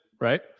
right